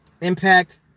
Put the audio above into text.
impact